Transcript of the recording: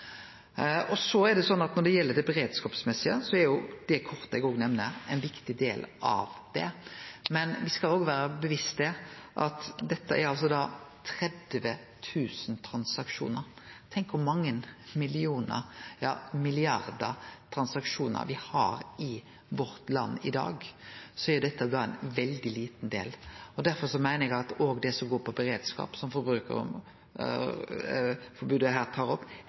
Når det gjeld det beredskapsmessige, er òg det kortet eg nemner, ein viktig del av det, men me skal òg vere bevisste på at det er 30 000 transaksjonar. Viss me tenkjer på kor mange millionar, ja milliardar, transaksjonar me har i landet vårt i dag, er dette ein veldig liten del. Derfor meiner eg òg at det som går på beredskap, som Forbrukerrådet her tar opp,